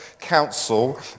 council